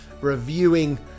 reviewing